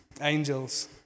angels